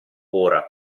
ora